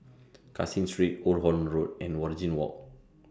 Caseen Street Old Holland Road and Waringin Walk